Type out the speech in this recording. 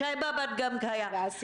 שי באב"ד גם היה.